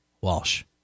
Walsh